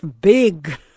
Big